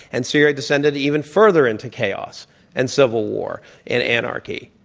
and syria descended even further into chaos and civil war and anarchy?